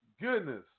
Goodness